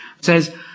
says